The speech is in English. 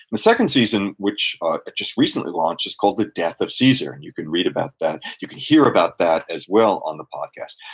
the second season, which i just recently launched, is called the death of caesar, and you can read about that, you can hear about that as well on the podcast.